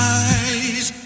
eyes